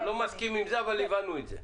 אני לא מסכים עם זה אבל הבנו את זה.